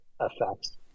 effects